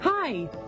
Hi